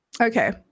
okay